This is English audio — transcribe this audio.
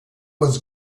was